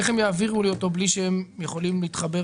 איך הם יעבירו לי אותו בלי שהם יכולים להתחבר